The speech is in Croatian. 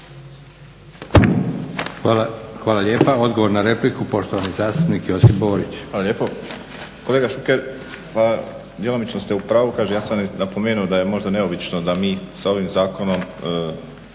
Hvala lijepa. Odgovor na repliku, poštovani zastupnik Josip Borić. **Borić, Josip (HDZ)** Kolega Šuker, djelomično ste u pravu, ja sam napomenuo da je možda neobično da mi sa ovim zakonom